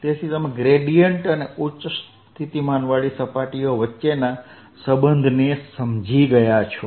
તેથી તમે ગ્રેડીયેંટ અને અચળ સ્થિતિમાનવાળી સપાટીઓ વચ્ચેના સંબંધને સમજી ગયા છો